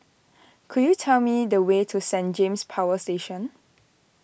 could you tell me the way to Saint James Power Station